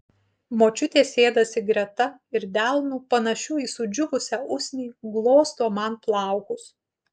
močiutė sėdasi greta ir delnu panašiu į sudžiūvusią usnį glosto man plaukus